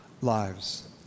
lives